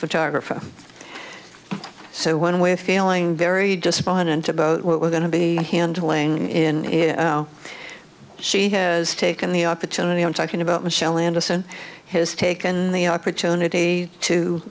photographer so when we're feeling very despondent about what we're going to be handling in she has taken the opportunity i'm talking about michelle anderson has taken the opportunity to